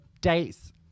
dates